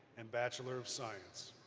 and bachelor of science.